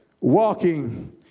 Walking